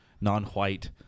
non-white